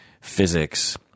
physics